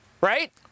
Right